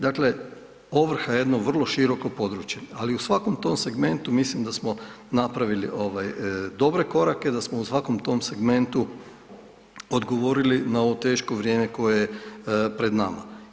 Dakle, ovrha je jedno vrlo široko područje, ali u svakom tom segmentu mislim da smo napravili ovaj dobre korake, da smo u svakom tom segmentu odgovorili na ovo teško vrijeme koje je pred nama.